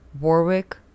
Warwick